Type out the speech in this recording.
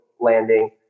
landing